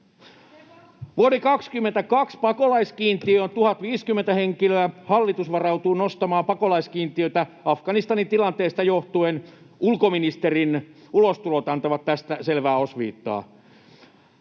Vuoden 22 pakolaiskiintiö on 1 050 henkilöä. Hallitus varautuu nostamaan pakolaiskiintiötä Afganistanin tilanteesta johtuen — ulkoministerin ulostulot antavat tästä selvää osviittaa.